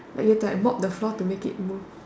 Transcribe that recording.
like you have to mop the floor to make it move